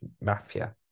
mafia